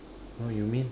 oh you mean